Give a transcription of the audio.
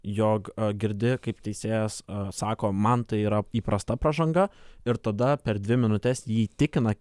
jog girdi kaip teisėjas sako man tai yra įprasta pražanga ir tada per dvi minutes jį įtikina